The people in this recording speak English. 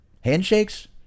handshakes